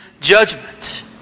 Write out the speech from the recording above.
judgment